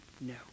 No